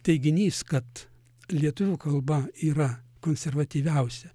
teiginys kad lietuvių kalba yra konservatyviausia